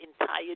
entire